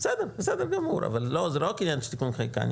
לא, זה לא התיקון חקיקה.